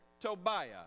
Tobiah